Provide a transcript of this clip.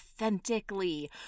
authentically